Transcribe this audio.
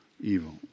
evil